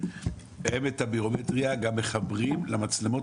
הם את הביומטריה גם מחברים למצלמות